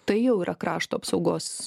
tai jau yra krašto apsaugos